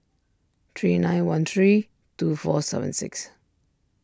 three nine one three two four seven six